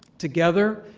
together,